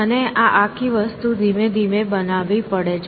અને આ આખી વસ્તુ ધીમે ધીમે બનાવવી પડે છે